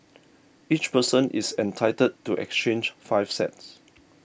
each person is entitled to exchange five sets